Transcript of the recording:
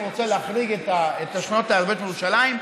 היושב-ראש,